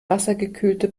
wassergekühlte